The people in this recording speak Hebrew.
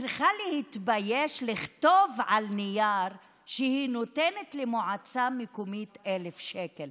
צריכה להתבייש לכתוב על נייר שהיא נותנת למועצה מקומית 1,000 שקלים.